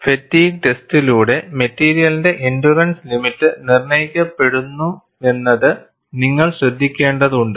controlled fatigue ടെസ്റ്റിലൂടെ മെറ്റീരിയലിന്റെ endurance limit നിർണ്ണയിക്കപ്പെടുന്നുവെന്നത് നിങ്ങൾ ശ്രദ്ധിക്കേണ്ടതുണ്ട്